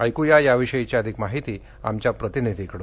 ऐकुया याविषयीची अधिक माहिती आमच्या प्रतिनिधीकडून